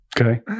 Okay